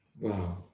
Wow